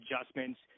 adjustments